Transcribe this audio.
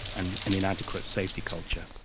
and an inadequate safety culture.